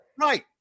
Right